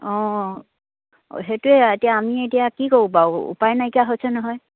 অঁ সেইটোৱে আৰু এতিয়া আমি এতিয়া কি কৰো বাৰু উপায় নাইকীয়া হৈছে নহয়